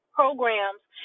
programs